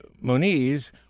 Moniz